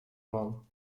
man